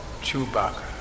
Chewbacca